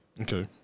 Okay